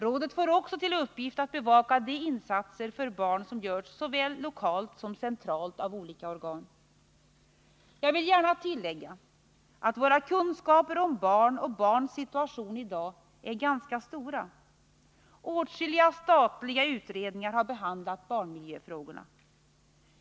Rådet får också till uppgift att bevaka de insatser för barn som görs såväl lokalt som centralt av olika organ. Jag vill gärna tillägga att våra kunskaper om barn och barns situation i dag är ganska stora. Åtskilliga statliga utredningar har behandlat barnmiljöfrågorna.